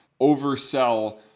oversell